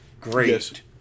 great